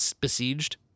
besieged